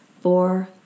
four